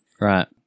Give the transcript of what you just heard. right